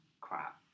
crap